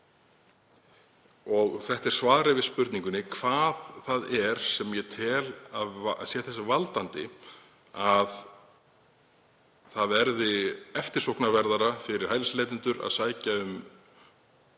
og þetta er svarið við spurningunni, þ.e. hvað það er sem ég tel að sé þess valdandi að það verði eftirsóknarverðara fyrir hælisleitendur að sækja um